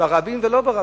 ברבים ולא ברבים.